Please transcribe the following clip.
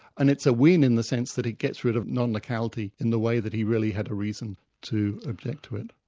and it's a win in the sense that it gets rid of non-locality in the way that he really had a reason to object to it.